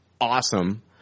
awesome